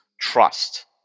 trust